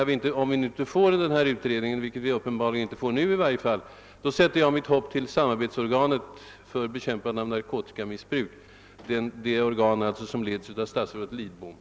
Om vi inte får denna beredning, vilket uppenbarligen i varje fall inte kommer att ske nu, sätter jag mitt hopp till initiativ av det samarbetsorgan för bekämpande av narkotikamissbruk, som leds av statsrådet Lidbom.